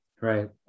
Right